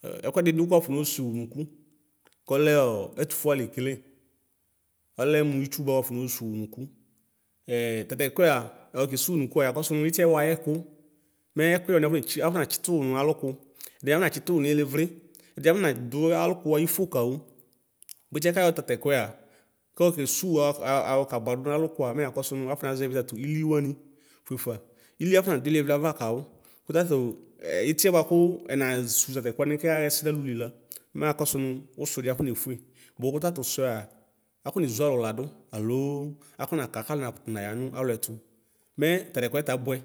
Fe ɛkʋɛdi dʋ kʋ wafɔno sʋnʋ ʋnʋkʋ kɔlɛɔ ɛtʋfʋe alʋwa lekele ɔlɛ mʋ itsʋ bʋa wafɔno sʋwʋ ʋnʋkʋ ɛ tatɛkʋɛa ayɔkesʋwʋ ʋnʋkʋa yakɔsʋ nʋ itiɛ wayɛkʋ mɛ ɛkʋyɛ wani akɔ neki akɔnatsitʋ wʋ nalʋkʋ ɛdini ɛdini akɔnatsitʋ wʋ nilivli ɛdi afɔnadʋ alʋkʋ ayifo kawʋ kpetsa kayɔ tatɛkʋɛa kɔkesʋwʋ awɔkabʋadʋ nalʋkʋa mɛ yakɔ sʋnʋ afɔnazɛvi tatʋ ili wani fʋefa ili afɔna dʋ ivili ava kawʋ kʋtatʋ itiɛ bʋakʋ ɛnasʋnʋ tatɛkʋwani kɛyasɛ alʋlila mɛ akɔsʋ nʋ ʋsɔdi afɔnefue bomʋ tatasʋɛa akɔnezʋ alʋ ladʋ alo akɔ naka kalʋ nakʋtʋ naya nʋ alʋɛtʋ mɛ tatɛkʋɛta abʋɛ